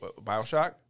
Bioshock